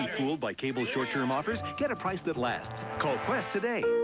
fooled by cable's short-term offers. get a price that lasts. call qwest today.